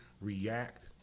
react